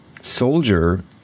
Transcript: soldier